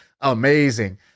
amazing